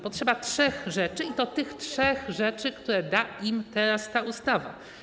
Potrzeba trzech rzeczy, i to tych trzech rzeczy, które da im teraz ta ustawa.